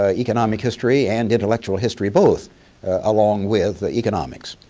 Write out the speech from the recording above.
ah economic history and intellectual history both along with economics.